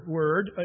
word